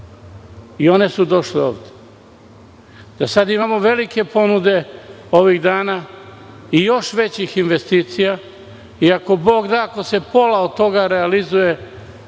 i one su došle ovde, da sada imamo velike ponude ovih dana i još većih investicija i ako Bog da, ako se pola od toga realizuje,